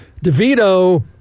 DeVito